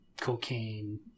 cocaine